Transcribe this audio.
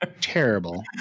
terrible